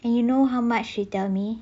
and you know how much she tell me